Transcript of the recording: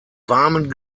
warmen